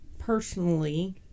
Personally